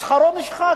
שכרם של העובדים נשחק.